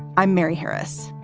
i'm mary harris.